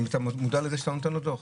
האם אתה מודע לזה שאתה נותן לו דוח?